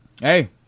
Hey